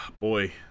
Boy